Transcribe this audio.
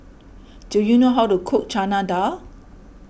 do you know how to cook Chana Dal